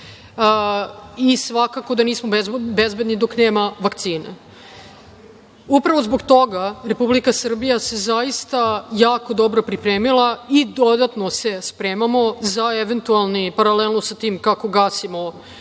i svakako da nismo bezbedni dok nema vakcine. Upravo zbog toga, Republika Srbija se zaista jako dobro pripremila i dodatno se spremamo za eventualno, paralelno sa tim kako gasimo ovaj i